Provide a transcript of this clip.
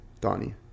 Donnie